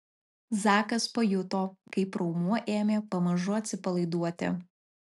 zakas pajuto kaip raumuo ėmė pamažu atsipalaiduoti